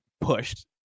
pushed